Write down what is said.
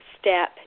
step